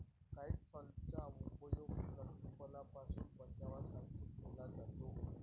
काइट्सनचा उपयोग लठ्ठपणापासून बचावासाठी केला जातो